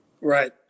Right